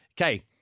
Okay